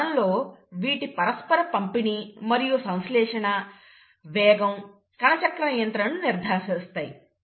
ఒక కణంలో వీటి పరస్పర పంపిణీ మరియు సంశ్లేషణ వేగం కణచక్ర నియంత్రణను నిర్ధారిస్తాయి